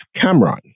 Cameron